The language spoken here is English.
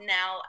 now